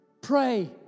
pray